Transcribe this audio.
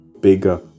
bigger